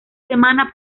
semana